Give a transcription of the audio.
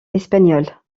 espagnole